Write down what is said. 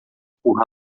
por